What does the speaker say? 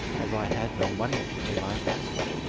as i had no money to pay my passage